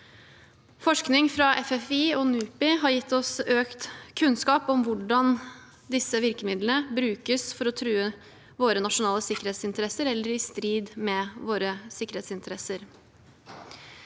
Forskning fra FFI og NUPI har gitt oss økt kunnskap om hvordan disse virkemidlene brukes for å true våre nasjonale sikkerhetsinteresser, eller er i strid med våre sikkerhetsinteresser.